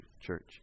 church